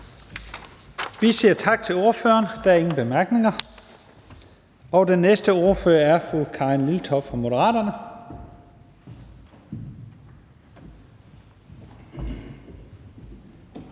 Vi siger tak til ordføreren. Der er ingen korte bemærkninger. Og den næste ordfører er fru Karin Liltorp fra Moderaterne.